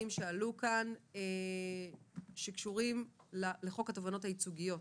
שעלו כאן שקשורים לחוק התובענות הייצוגיות